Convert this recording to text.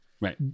right